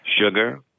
Sugar